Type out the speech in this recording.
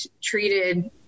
treated